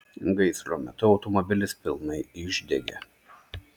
gaisro metu automobilis pilnai išdegė